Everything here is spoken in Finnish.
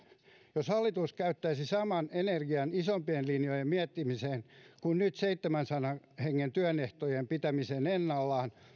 jos hallitus käyttäisi saman energian isompien linjojen miettimiseen kuin nyt seitsemänsadan hengen työehtojen pitämiseen ennallaan